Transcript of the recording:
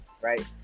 right